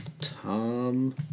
Tom